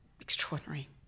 extraordinary